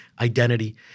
identity